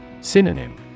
Synonym